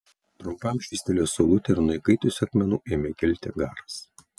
trumpam švystelėjo saulutė ir nuo įkaitusių akmenų ėmė kilti garas